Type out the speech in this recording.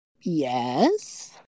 Yes